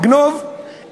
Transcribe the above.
לגנוב,